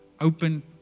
open